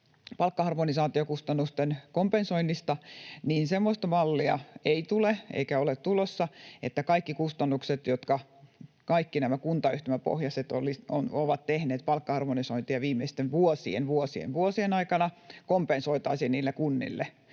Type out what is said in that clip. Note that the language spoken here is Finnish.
palkkaharmonisaatiokustannusten kompensoinnista: Semmoista mallia ei tule eikä ole tulossa, että kaikki kustannukset, joilla kaikki nämä kuntayhtymäpohjaiset ovat tehneet palkkaharmonisointia viimeisten vuosien, vuosien, vuosien aikana, kompensoitaisiin niille kunnille.